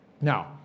Now